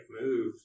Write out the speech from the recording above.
move